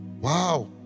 Wow